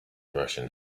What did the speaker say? russian